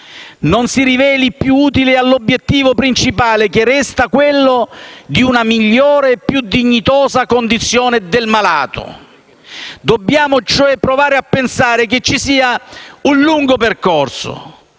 non si riveli più utile all'obiettivo principale, che resta quello di una migliore e più dignitosa condizione del malato. Dobbiamo provare a pensare che ci sia un lungo e